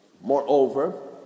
Moreover